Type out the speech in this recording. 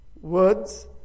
words